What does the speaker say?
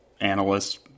analysts